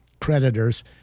creditors